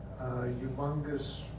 humongous